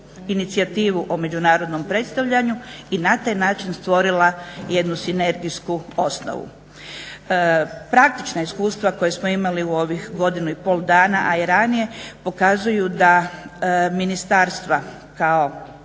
inicijativu o međunarodnom predstavljanju i na taj način stvorila jednu sinergijsku osnovu. Praktična iskustva koja smo imali u ovih godinu i pol dana, a i ranije pokazuju da ministarstva kao